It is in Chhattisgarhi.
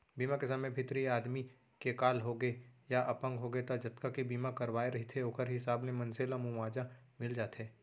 बीमा के समे भितरी आदमी के काल होगे या अपंग होगे त जतका के बीमा करवाए रहिथे ओखर हिसाब ले मनसे ल मुवाजा मिल जाथे